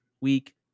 week